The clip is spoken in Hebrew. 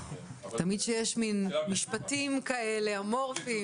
תמיד כשיש מין משפטים כאלה אמורפיים